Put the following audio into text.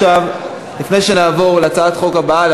לפני שנעבור להצעות החוק הבאות,